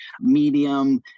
Medium